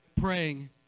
praying